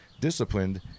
disciplined